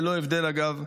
ללא הבדל עדה,